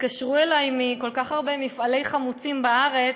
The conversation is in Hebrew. התקשרו אליי מכל כך הרבה מפעלי חמוצים בארץ,